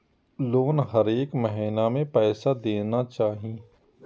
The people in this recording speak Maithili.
लोन हरेक महीना में पैसा देना चाहि?